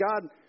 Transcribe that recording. God